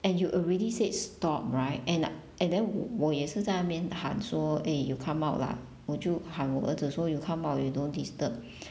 and you already said stop right and and then 我我也是在那边喊说 eh you come out lah 我就喊我儿子说 you come out already don't disturb